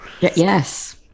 Yes